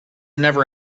never